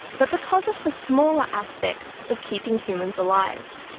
but because of the smaller aspects of keeping humans alive.